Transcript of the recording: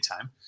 time